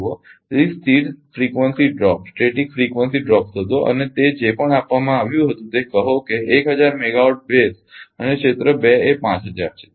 જુઓ તેથી સ્થિર ફ્રિકવન્સી ડ્રોપ શોધો અને તે જે પણ આપવામાં આવ્યું હતું તે કહો કે 1000 મેગાવાટ બેઝ અને ક્ષેત્ર 2 એ 5000 છે